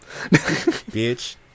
Bitch